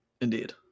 Indeed